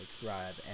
thrive